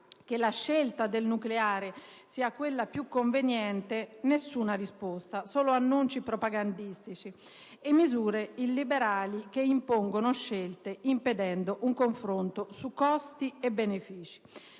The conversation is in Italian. che la scelta del nucleare sia quella più conveniente, nessuna risposta; solo annunci propagandistici e misure illiberali che impongono scelte, impedendo un confronto su costi e benefici.